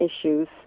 issues